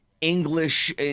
english